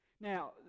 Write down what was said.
Now